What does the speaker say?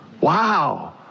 Wow